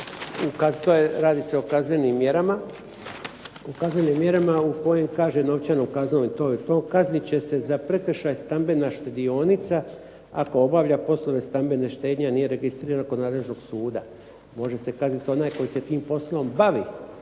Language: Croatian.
da, radi se o kaznenim mjerama, u kaznenim mjerama u kojim kaže novčanu kaznu i to i to, kaznit će se za prekršaj stambena štedionica ako obavlja poslove stambene štednje, a nije registrirana kod nadležnog suda. Može se kazniti onaj koji se tim poslom bavi,